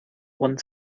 one